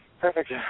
perfect